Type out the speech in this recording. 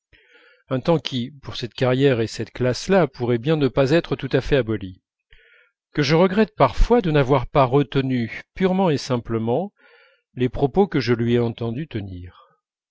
un temps qui pour cette carrière et cette classe là pourrait bien ne pas être tout à fait aboli que je regrette parfois de n'avoir pas retenu purement et simplement les propos que je lui ai entendu tenir